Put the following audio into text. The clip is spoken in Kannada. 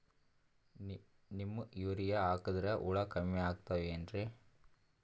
ನೀಮ್ ಯೂರಿಯ ಹಾಕದ್ರ ಹುಳ ಕಮ್ಮಿ ಆಗತಾವೇನರಿ?